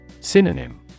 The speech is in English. Synonym